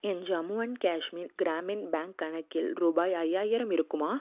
N Jammu and Kashmir Gramin bank கணக்கில் ரூபாய் ஐயாயிரம் இருக்குமா